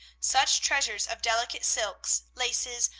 such treasures of delicate silks, laces,